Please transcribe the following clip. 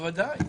בוודאי.